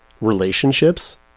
relationships